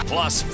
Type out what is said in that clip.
Plus